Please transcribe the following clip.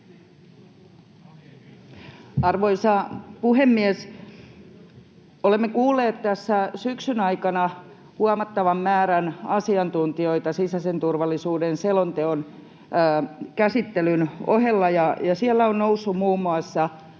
Arvoisa puhemies! Olemme kuulleet tässä syksyn aikana huomattavan määrän asiantuntijoita sisäisen turvallisuuden selonteon käsittelyn ohella. Siellä on noussut muun muassa